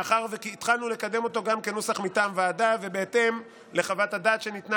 מאחר שהתחלנו לקדם אותו גם כנוסח מטעם ועדה ובהתאם לחוות הדעת שניתנה